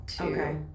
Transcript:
Okay